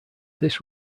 this